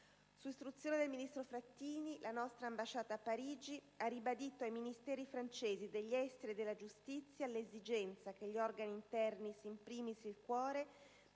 Su istruzione del ministro Frattini, la nostra ambasciata a Parigi ha ribadito ai Ministeri francesi degli esteri e della giustizia l'esigenza che gli organi interni, *in primis* il cuore,